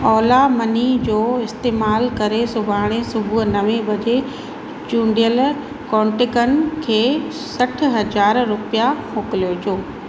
Ola money जो इस्तमालु करे सुभाणे सुबुह नव बजे चूंडियल कोन्टेकनि खे सठि हज़ार रुपिया मोकिलिजो